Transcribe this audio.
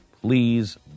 please